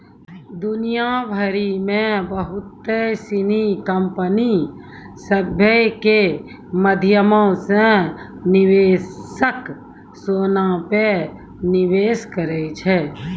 दुनिया भरि मे बहुते सिनी कंपनी सभ के माध्यमो से निवेशक सोना पे निवेश करै छै